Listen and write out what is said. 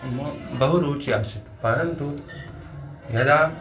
म बहु रुचिः आसीत् परन्तु यदा